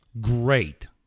Great